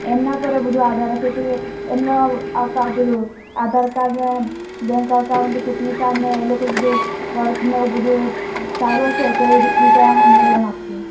એમના પર બધું આધાર હશે કે એમનો આ પેલું આધારકાર્ડ બેન્ક અકાઉન્ટ ચૂંટણી કાર્ડને એ લોકો જો વર્કને એવું બધું સારું હશે તે રીતે અમને લોન આપશું